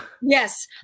Yes